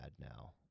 now